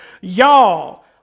y'all